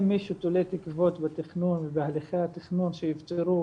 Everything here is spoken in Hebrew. אם מישהו תולה תקוות בתכנון ובהליכי התכנון שיפתרו